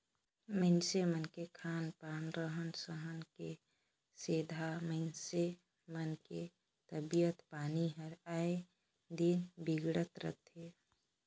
मइनसे मन के खान पान, रहन सहन के सेंधा मइनसे मन के तबियत पानी हर आय दिन बिगड़त रथे